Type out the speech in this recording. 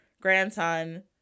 grandson